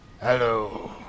Hello